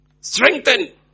Strengthen